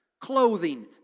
clothing